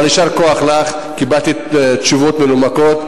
אבל יישר כוח לך, קיבלתי תשובות מנומקות.